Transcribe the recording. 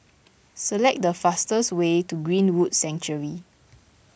select the fastest way to Greenwood Sanctuary